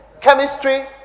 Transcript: chemistry